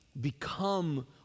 become